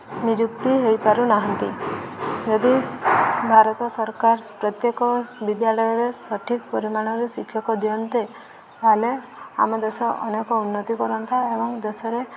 ନିଯୁକ୍ତି ହୋଇପାରୁନାହାନ୍ତି ଯଦି ଭାରତ ସରକାର ପ୍ରତ୍ୟେକ ବିଦ୍ୟାଳୟରେ ସଠିକ୍ ପରିମାଣରେ ଶିକ୍ଷକ ଦିଅନ୍ତେ ତା'ହେଲେ ଆମ ଦେଶ ଅନେକ ଉନ୍ନତି କରନ୍ତା ଏବଂ ଦେଶରେ